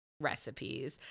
recipes